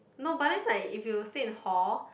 no but then like if you stay in hall